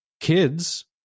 Kids